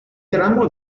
tramo